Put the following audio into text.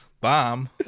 Bomb